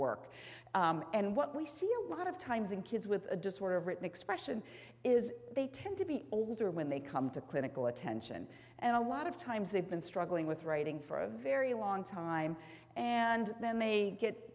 work and what we see a lot of times in kids with a disorder of written expression is they tend to be older when they come to clinical attention and a lot of times they've been struggling with writing for a very long time and then they get